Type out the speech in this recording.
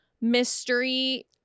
mystery